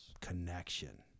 connection